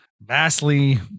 vastly